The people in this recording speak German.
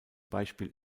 beispiel